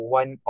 one